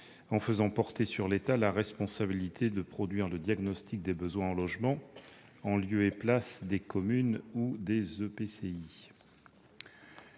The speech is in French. en faisant porter sur l'État la responsabilité de produire le diagnostic des besoins en logements, en lieu et place des communes ou des EPCI.